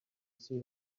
see